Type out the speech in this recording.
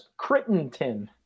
Crittenton